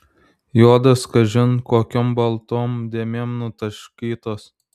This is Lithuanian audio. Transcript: juodos kažin kokiom baltom dėmėm nutaškytos